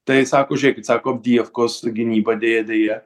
tai sako žiūrėkit sako avdijiefkos gynyba deja deja